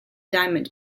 diamond